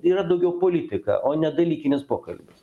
yra daugiau politika o ne dalykinis pokalbis